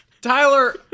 Tyler